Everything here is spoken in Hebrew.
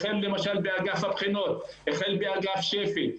החל באגף הבחינות, באגף שפ"י,